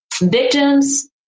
victims